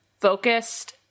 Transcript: focused